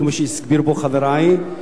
כפי שהסבירו פה חברי,